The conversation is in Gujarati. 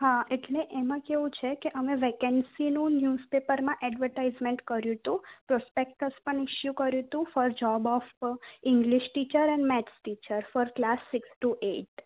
હા એટલે એમાં કેવું છે કે અમે વેકેન્સીનું ન્યૂઝ પેપરમાં એડવર્ટાઈઝમેન્ટ કર્યું હતું પ્રોસ્પેક્ટ સસ્પેન પણ ઇસ્સુ કર્યુતું for job offer English teacher અને maths teacher for class six to eight